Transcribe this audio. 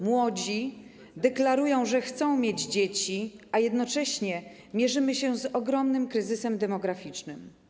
Młodzi deklarują, że chcą mieć dzieci, a jednocześnie mierzymy się z ogromnym kryzysem demograficznym.